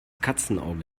katzenauge